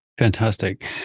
Fantastic